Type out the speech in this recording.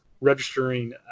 registering